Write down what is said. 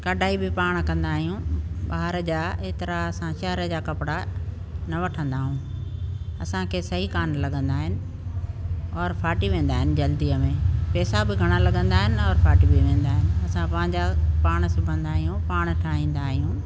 कॾाई बि पाण कंदा आहियूं ॿाहिरि जा एतिरा असां शहर जा कपिड़ा न वठंदा आहियूं असांखे सही कोन लॻंदा आहिनि और फाटी वेंदा आहिनि जल्दी में पेसा बि घणा लॻंदा आहिनि और फाटी बि वेंदा आहिनि असां पंहिंजा पाण सिबंदा आहियूं पाण ठाहींदा आहियूं